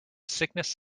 sickness